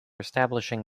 establishing